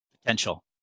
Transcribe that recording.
Potential